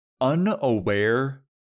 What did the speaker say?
unaware